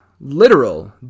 Literal